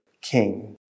king